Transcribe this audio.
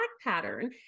pattern